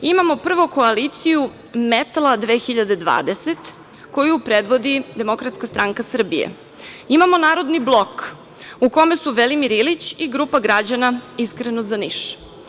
Imamo prvo koaliciju „Metla 2020“ koju predvodi DSS, imamo „Narodni blok“ u kome su Velimir Ilić i grupa građana „Iskreno za Niš“